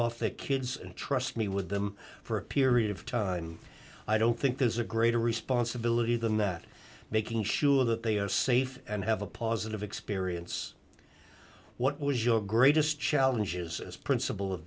off the kids and trust me with them for a period of time i don't think there's a greater responsibility than that making sure that they are safe and have a positive experience what was your greatest challenges as principal of